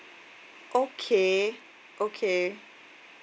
okay okay